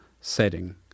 setting